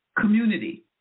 Community